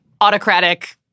autocratic